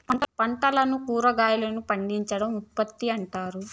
పంటలను కురాగాయలను పండించడం ఉత్పత్తి అంటారు